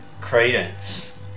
credence